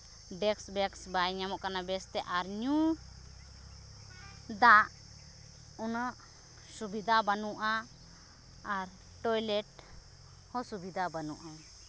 ᱰᱮᱠᱥ ᱵᱮᱠᱥ ᱵᱟᱭ ᱧᱟᱢᱚᱜ ᱠᱟᱱᱟ ᱵᱮᱥᱛᱮ ᱟᱨ ᱧᱩ ᱫᱟᱜ ᱩᱱᱟᱹᱜ ᱥᱩᱵᱤᱫᱟ ᱵᱟᱹᱱᱩᱜᱼᱟ ᱟᱨ ᱴᱚᱭᱞᱮᱴ ᱦᱚᱸ ᱥᱩᱵᱤᱫᱟ ᱵᱟᱹᱱᱩᱜᱼᱟ